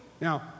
Now